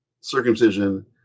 circumcision